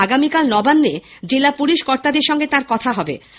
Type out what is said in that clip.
আগামীকাল নবান্নে জেলার পুলিশ কর্তাদের সঙ্গে তিনি কথা বলবেন